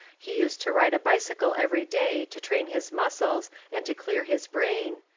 he used to ride a bicycle every day to train his muscles and to clear his brain.